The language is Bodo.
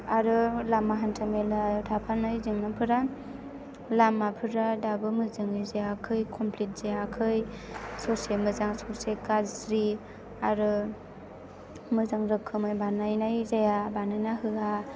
आरो लामा हान्था मेलायाव थाफानाय जेंनाफोरा लामाफोरा दाबो मोजाङै जायाखै कमप्लिट जायाखै ससे मोजां ससे गाज्रि आरो मोजां रोखोमै बानायनाय जाया बानायना होया